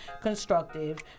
constructive